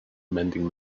mending